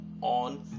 on